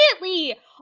immediately